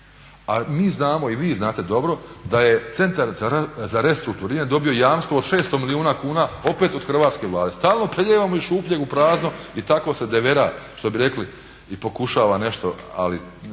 A mi znamo i vi znate dobro da je Centar za restrukturiranje dobio jamstvo od 600 milijuna kuna opet od hrvatske Vlade. Stalno prelijevamo iz šupljeg u prazno i tako se devera što bi rekli i pokušava nešto ali